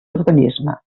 urbanisme